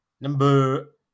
number